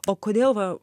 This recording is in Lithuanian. o kodėl va